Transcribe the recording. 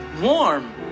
Warm